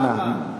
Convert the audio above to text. אז אנא.